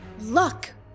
Luck